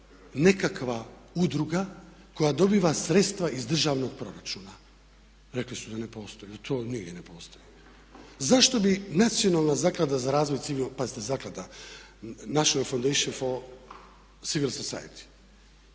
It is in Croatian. nekakva udruga koja dobiva sredstva iz državnog proračuna. Rekli su da ne postoji, da to nigdje ne postoji. Zašto bi Nacionalna zaklada za razvoj civilnog, pazite zaklada, National fundation for civil society,